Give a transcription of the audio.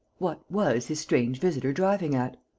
what was his strange visitor driving at?